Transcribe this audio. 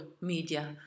media